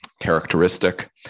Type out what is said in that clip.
characteristic